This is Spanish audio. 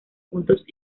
puntos